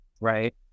right